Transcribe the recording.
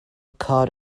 card